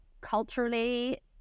culturally